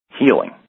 healing